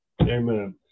Amen